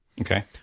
Okay